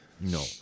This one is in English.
no